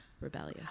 rebellious